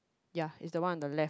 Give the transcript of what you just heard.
ya is the one on the left